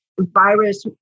virus